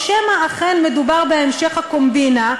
או שמא אכן מדובר בהמשך הקומבינה,